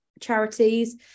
charities